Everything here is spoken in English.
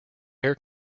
air